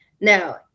Now